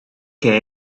che